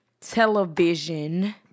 television